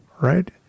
right